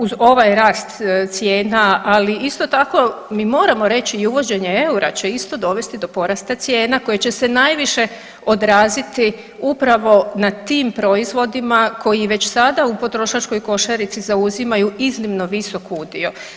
Uz ovaj rast cijena, ali isto tako mi moramo reći i uvođenje EUR-a će isto dovesti do porasta cijena koje će se najviše odraziti upravo na tim proizvodima koji već sada u potrošačkoj košarici zauzimaju iznimno visok udio.